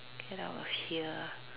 get out of here